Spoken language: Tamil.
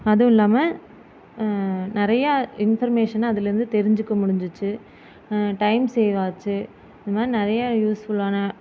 அதுவும் இல்லாமல் நிறையா இன்ஃபர்மேஷன் அதில் இருந்து தெரிஞ்சுக்க முடிஞ்சுச்சு டைம் சேவ் ஆச்சு இந்த மாதிரி நிறையா யூஸ்ஃபுல்லான